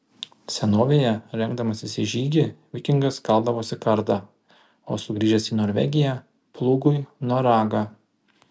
senovėje rengdamasis į žygį vikingas kaldavosi kardą o sugrįžęs į norvegiją plūgui noragą